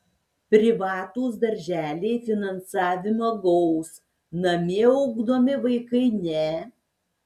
privatūs darželiai finansavimą gaus namie ugdomi vaikai ne